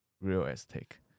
realistic